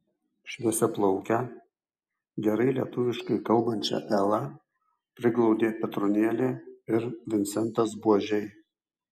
šviesiaplaukę gerai lietuviškai kalbančią elą priglaudė petronėlė ir vincentas buožiai